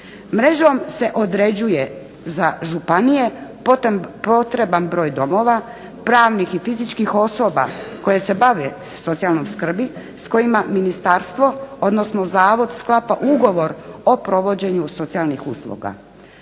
Mrežom se određuje za županija potreban broj domova, pravnih i fizičkih osoba koje se bave socijalnom skrbi s kojima ministarstvo odnosno zavod sklapa ugovor o provođenju socijalnih usluga.